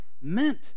meant